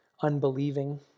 unbelieving